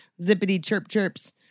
zippity-chirp-chirps